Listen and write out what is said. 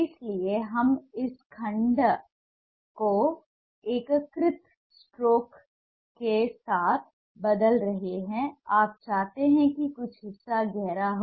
इसलिए हम इस खंड को एकीकृत स्ट्रोक के साथ बदल रहे हैं आप चाहते हैं कि कुछ हिस्सा गहरा हो